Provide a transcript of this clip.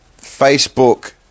Facebook